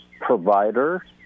provider